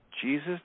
Jesus